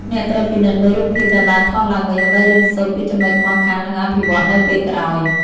អ្នកត្រូវពិនិត្យមើលរូបភាពដែលបានថតឡើងវិញ ដើម្បីរៀនសូត្រពីចំណុចខ្វះខាត និងអភិវឌ្ឍនៅពេលក្រោយ។